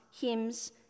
hymns